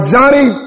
Johnny